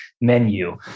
menu